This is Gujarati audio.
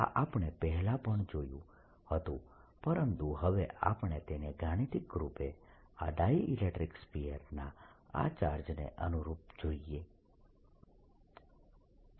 આ આપણે પહેલા પણ જોયું હતું પરંતુ હવે આપણે તેને ગાણિતિક રૂપે આ ડાયઈલેક્ટ્રીક સ્ફીયર ના આ ચાર્જને અનુરૂપ જોઈએ છીએ